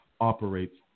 operates